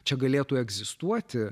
čia galėtų egzistuoti